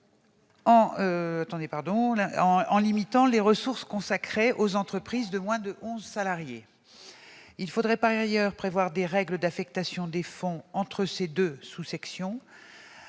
en limitant les ressources consacrées aux entreprises de moins de 11 salariés. Il faudrait par ailleurs prévoir des règles d'affectation des fonds entre ces deux sous-sections.